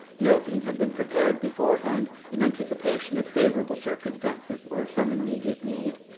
the opening had been prepared beforehand, in anticipation of favourable circumstances or of some immediate need.